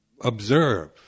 observe